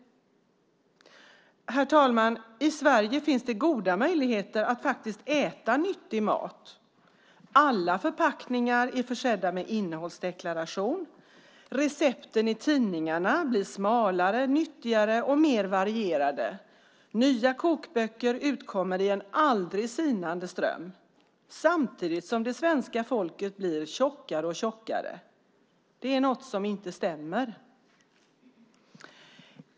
Herr talman! I Sverige finns det goda möjligheter att faktiskt äta nyttig mat. Alla förpackningar är försedda med innehållsdeklaration. Recepten i tidningarna blir smalare, nyttigare och mer varierade. Nya kokböcker utkommer i en aldrig sinande ström. Samtidigt blir svenska folket tjockare och tjockare. Det är något som inte stämmer.